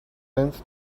tend